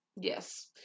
Yes